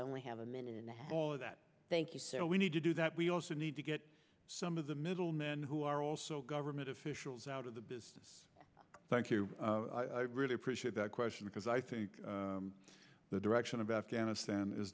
only have a minute and all of that thank you so we need to do that we also need to get some of the middlemen who are also government officials out of the business thank you i really appreciate that question because i think the direction of afghanistan is